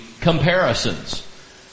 comparisons